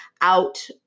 out